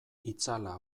itzala